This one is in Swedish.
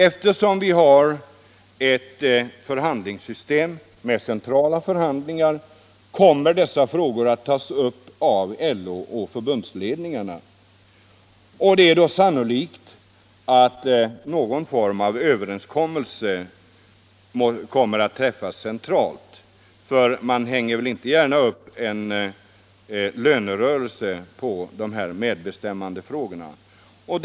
Eftersom vi har ett system med centrala förhandlingar, kommer dessa frågor att tas upp av LO och förbundsledningarna, och det är då sannolikt att någon form av överenskommelse träffas centralt, för man hänger väl inte gärna upp en lönerörelse på de här medbestämmandefrågorna.